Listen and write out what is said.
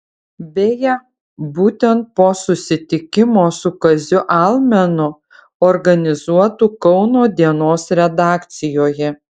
beje būtent po susitikimo su kaziu almenu organizuotu kauno dienos redakcijoje